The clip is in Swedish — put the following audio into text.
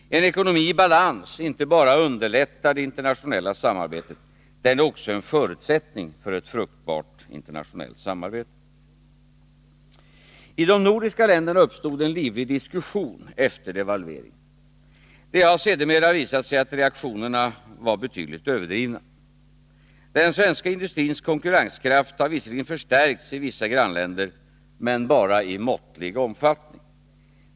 En ekonomi i balans inte bara underlättar det internationella samarbetet, den är också en förutsättning för ett fruktbart internationellt samarbete. I de nordiska länderna uppstod en livlig diskussion efter devalveringen. Det har sedermera visat sig att reaktionerna varit betydligt överdrivna. Den svenska industrins konkurrenskraft har visserligen förstärkts i vissa grannländer, men bara i måttlig omfattning.